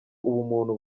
ubumuntu